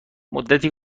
مدتی